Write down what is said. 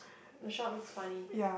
Michelle looks funny